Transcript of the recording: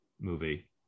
movie